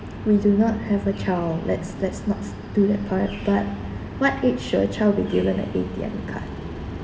we do not have a child let's let's not do that part but what age should a child be given an A_T_M card